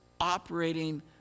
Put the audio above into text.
operating